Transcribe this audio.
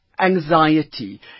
Anxiety